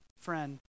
friend